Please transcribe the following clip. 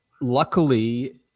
luckily